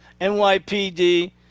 NYPD